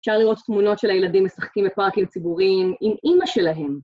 אפשר לראות תמונות של הילדים משחקים בפארקים ציבוריים עם אמא שלהם.